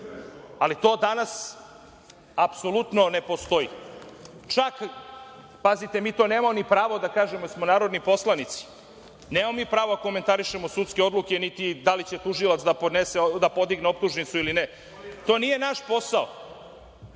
Ali, to danas apsolutno ne postoji. Čak, pazite, mi to nemamo pravo ni da kažemo, jer smo narodni poslanici. Nemamo mi pravo da komentarišemo sudske odluke, niti da li će tužilac da podnese, da podigne optužnicu ili ne, to nije naš posao,